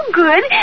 good